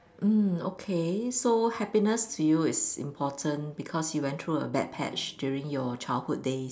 mm okay so happiness to you is important because you went through a bad patch during your childhood days